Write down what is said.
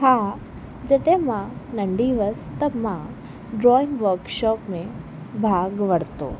हा जॾहिं मां नंढी हुअसि त मां ड्रॉइंग वर्कशॉप में भाग वरितो